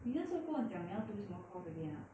你那时候跟我讲你要读什么 course again ah